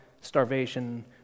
starvation